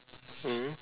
mm